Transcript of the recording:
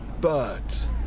birds